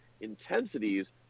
intensities